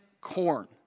Corn